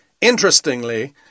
Interestingly